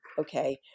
Okay